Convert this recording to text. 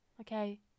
Okay